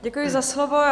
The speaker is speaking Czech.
Děkuji za slovo.